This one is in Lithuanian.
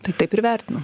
tai taip ir vertinu